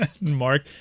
Mark